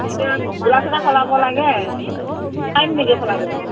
এতিয়া সলাব লাগে পাৰিম নেকি সলাব